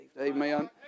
Amen